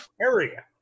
area